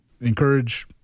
Encourage